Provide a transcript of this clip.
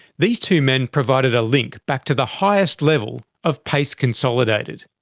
these two men provided a link back to the highest level of payce consolidated.